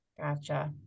Gotcha